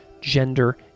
gender